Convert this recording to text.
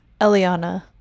Eliana